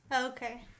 Okay